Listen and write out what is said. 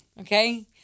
okay